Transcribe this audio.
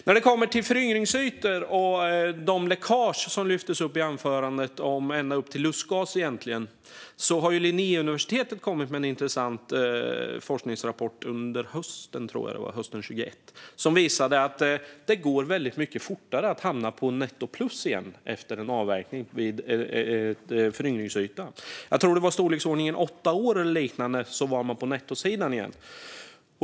När det kommer till föryngringsytor och de läckage som lyftes upp i anförandet, ända upp till lustgas, lade Linnéuniversitetet fram en intressant forskningsrapport hösten 2021. Den visade att det går mycket fortare att hamna på nettoplus igen efter en avverkning vid en föryngringsyta. Jag tror att det var i storleksordningen åtta år för att vara på nettosidan igen.